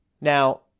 Now